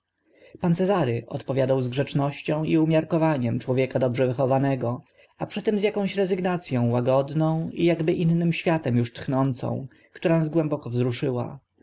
pan cezary odpowiadał z grzecznością i umiarkowaniem człowieka dobrze wychowanego a przy tym z akąś rezygnac ą łagodną i akby innym światem uż tchnącą która nas głęboko wzruszyła